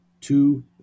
Two